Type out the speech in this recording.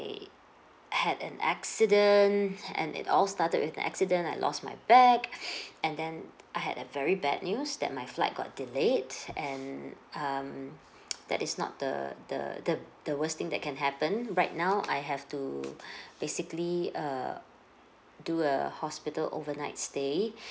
had an accident and it all started with an accident I lost my bag and then I had a very bad news that my flight got delayed and um that is not the the the the worst thing that can happen right now I have to basically err do a hospital overnight stay